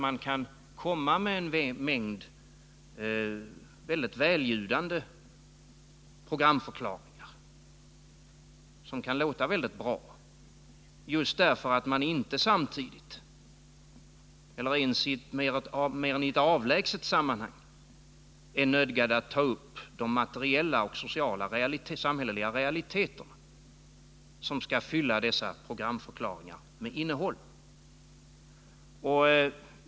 Man kan komma med en mängd mycket välljudande programförklaringar, som kan låta väldigt bra, just därför att man inte samtidigt utan först i ett avlägset sammanhang är nödgad att ta upp de materiella och sociala samhälleliga realiteter som skall fylla dessa programförklaringar med innehåll.